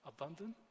abundant